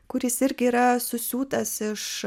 kuris irgi yra susiūtas iš